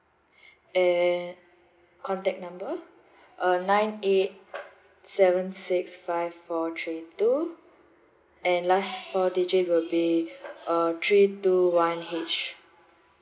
and contact number uh nine eight seven six five four three two and last four digit will be uh three two one H